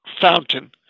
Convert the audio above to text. Fountain